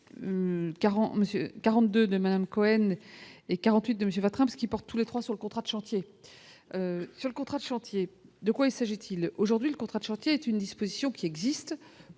42 de Madame Cohen. Et 48 de monsieur votre ceux qui portent tous les 3 sur le contrat de chantier sur le contrat de chantier, de quoi s'agit-il aujourd'hui le contrat de chantier est une disposition qui existe